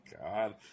God